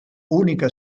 única